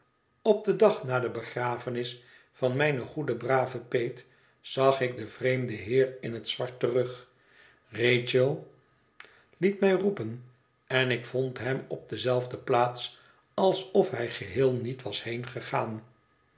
op den dag na de begrafenis van mijne goede brave peet zag ik den vreemden heer in het zwart terug rachel liet mij roepen en ik vond hem op dezelfde plaats alsof hij geheel niet was heengegaan